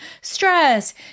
stress